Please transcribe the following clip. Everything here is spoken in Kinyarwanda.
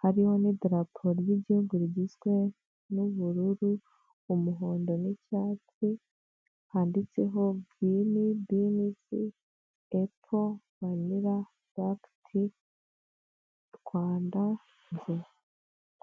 hariho n'idarapo ry'igihugu rigizwe n'ubururu, umuhondo, n'icyatsi handitseho girini binizi epo Rwanda vanira burake ti.